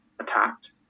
attacked